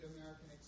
American